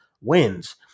wins